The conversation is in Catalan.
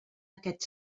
aquest